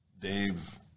Dave